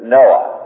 Noah